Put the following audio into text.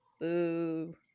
boo